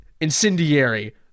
incendiary